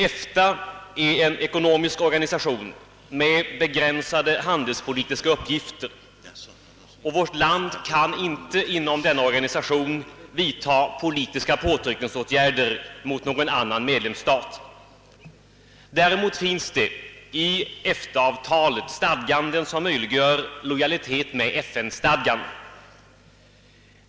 EFTA är en ekonomisk organisation med begränsade handelspolitiska uppgifter, och vårt land kan inte inom denna organisation vidta politiska påtryckningsåtgärder mot någon annan medlemsstat. Däremot finns det i EFTA avtalet stadganden, som möjliggör lojalitet med FN-stadgan.